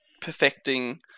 perfecting